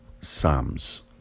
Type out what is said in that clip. Psalms